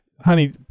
honey